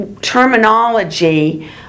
terminology